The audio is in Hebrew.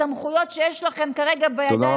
הסמכויות שיש לכם כרגע בידיים,